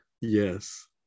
yes